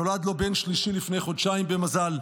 נולד לו בן שלישי לפני חודשיים, במזל.